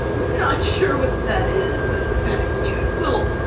not sure what that is, but it's kind of cute. little,